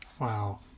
Wow